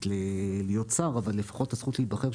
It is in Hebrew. להיות שר אבל לפחות הזכות להיבחר,